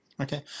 Okay